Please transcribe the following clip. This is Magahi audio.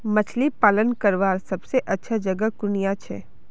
मछली पालन करवार सबसे अच्छा जगह कुनियाँ छे?